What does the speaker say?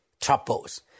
troubles